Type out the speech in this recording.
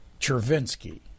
Chervinsky